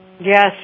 Yes